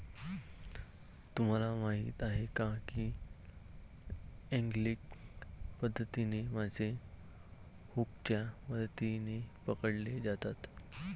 तुम्हाला माहीत आहे का की एंगलिंग पद्धतीने मासे हुकच्या मदतीने पकडले जातात